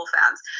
fans